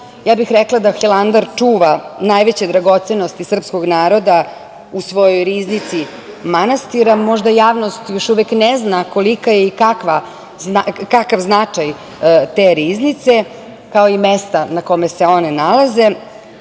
kraj bih rekla da Hilandar čuva najveće dragocenosti srpskog naroda u svojoj riznici manastira. Možda javnost još uvek ne zna koliki je i kakav značaj te riznice, kao i mesta na kome se one nalaze.